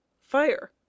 fire